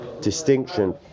distinction